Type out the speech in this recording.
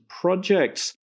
projects